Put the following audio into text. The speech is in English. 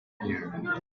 here